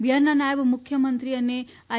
બિહારના નાયબ મુખ્યમંત્રી અને આઇ